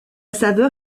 saveur